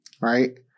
right